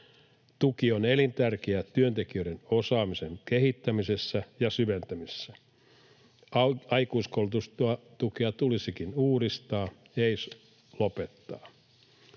Tuki on elintärkeä työntekijöiden osaamisen kehittämisessä ja syventämisessä. Aikuiskoulutustukea tulisikin uudistaa, ei lopettaa.